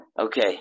Okay